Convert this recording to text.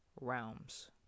realms